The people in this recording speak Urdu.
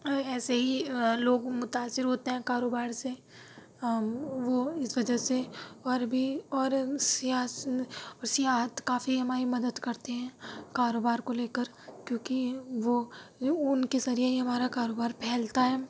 ایسے ہی لوگ متأثر ہوتے ہیں کاروبار سے وہ اِس وجہ سے اور بھی اور اور سیاحت کافی ہماری مدد کرتے ہیں کاروبار کو لے کر کیوں کہ وہ اُن کے ذریعہ ہی ہمارا کاروبار پھیلتا ہے